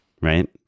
Right